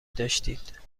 داشتید